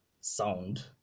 sound